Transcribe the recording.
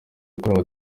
yakorewe